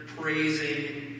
praising